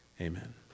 Amen